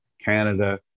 Canada